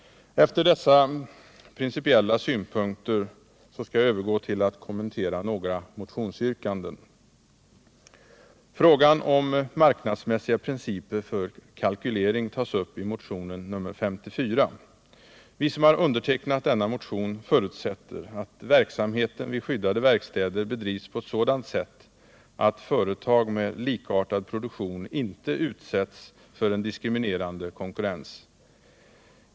Från dessa principiella synpunkter övergår jag till att kommentera några motionsyrkanden. Frågan om marknadsmässiga principer för kalkylering tas upp i motion nr 54. Vi som har undertecknat denna motion förutsätter att verksamheten vid skyddade verkstäder bedrivs på ett sådant sätt att företag med likartad produktion inte utsätts för diskriminerande konkurrens.